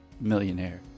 MILLIONAIRE